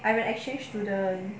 I'm an exchange student